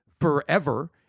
forever